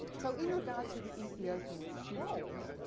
so in regard to the ethiopian scrolls,